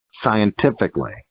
scientifically